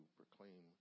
proclaim